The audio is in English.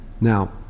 Now